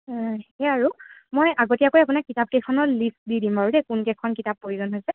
সেয়ে আৰু মই আগতীয়াকৈ আপোনাক কিতাপ কেইখনৰ লিষ্ট দি দিম বাৰু দেই কোনকেইখন কিতাপ প্ৰয়োজন হৈছে